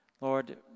Lord